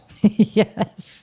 Yes